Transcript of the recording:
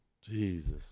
Jesus